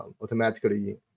automatically